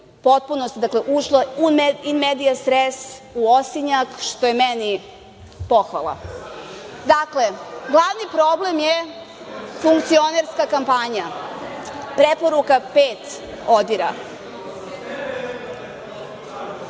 potpunosti ušla, in medias res, u osinjak, što je meni pohvala. Dakle, glavni problem je funkcionerska kampanja, Preporuka 5